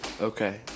Okay